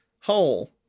hole